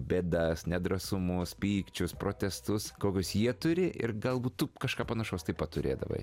bėdas nedrąsumus pykčius protestus kokius jie turi ir galbūt tu kažką panašaus taip pat turėdavai